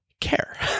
care